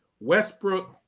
Westbrook